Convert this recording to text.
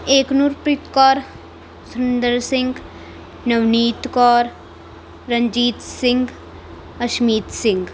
Eknoorpreet Kaur Sundar Singh Navneet Kaur Ranjit Singh Ashmeet Singh